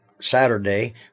Saturday